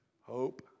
hope